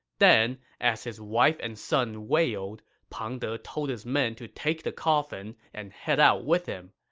then, as his wife and son wailed, pang de told his men to take the coffin and head out with him.